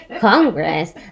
Congress